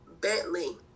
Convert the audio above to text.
Bentley